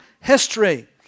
history